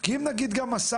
כי אם נגיד גם הסעה,